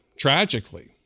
Tragically